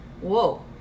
whoa